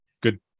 Good